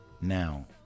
Now